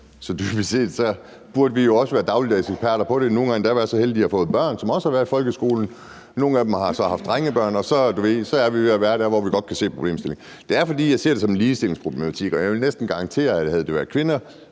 Så dybest set burde vi jo også være dagligdagens eksperter. Nogle har endda været så heldige at have fået børn, som også har været i folkeskolen, og nogle har haft drengebørn, og så er vi ved at være der, hvor vi godt kan se problemstillingen. Jeg ser det som en ligestillingsproblematik, og jeg vil næsten garantere, at havde det drejet